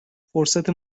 فرصت